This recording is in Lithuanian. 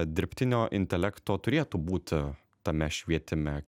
dirbtinio intelekto turėtų būti tame švietime